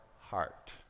heart